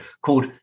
called